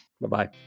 Bye-bye